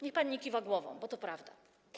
Niech pani nie kiwa głową, bo to prawda.